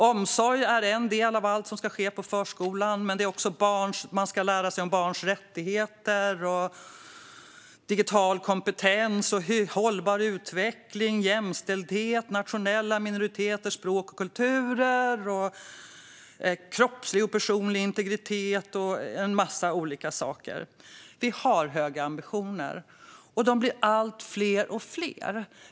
Omsorg är en del av allt som ska ske på förskolan, men man ska också lära sig om barns rättigheter, digital kompetens, hållbar utveckling, jämställdhet, nationella minoriteters språk och kulturer samt kroppslig och personlig integritet - det är en massa olika saker. Vi har höga ambitioner, och de blir allt fler.